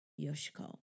Yoshiko